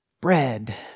Bread